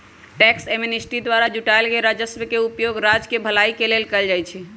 tax amnesty द्वारा जुटाएल गेल कर राजस्व के उपयोग राज्य केँ भलाई के लेल कएल जाइ छइ